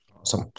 Awesome